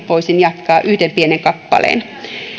voisin jatkaa yhden pienen kappaleen